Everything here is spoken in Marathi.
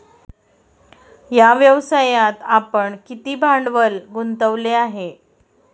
या व्यवसायात आपण किती भांडवल गुंतवले आहे?